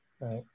Right